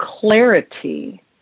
clarity